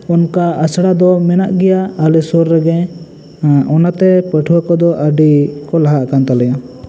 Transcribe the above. ᱚᱱᱠᱟ ᱟᱥᱲᱟ ᱫᱚ ᱢᱮᱱᱟᱜ ᱜᱮᱭᱟ ᱟᱞᱮ ᱥᱩᱨ ᱨᱮᱜᱮ ᱚᱱᱟᱛᱮ ᱯᱟᱹᱴᱷᱩᱭᱟᱹ ᱠᱚ ᱫᱚ ᱟᱹᱰᱤ ᱠᱚ ᱞᱟᱦᱟᱜ ᱠᱟᱱ ᱛᱟᱞᱮᱭᱟ